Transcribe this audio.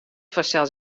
fansels